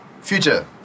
Future